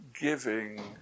giving